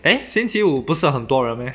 eh 星期五不是很多人 meh